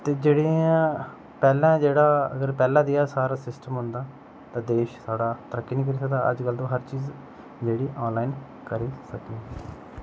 ते जेल्लै पैह्लें जेह्ड़ा अगर पैह्लें जेह्ड़ा सारा सिस्टम होंदा ते देश साढ़ा तरक्की निं करी सकदा हा जेह्ड़े ऑनलाईन करी सकने आं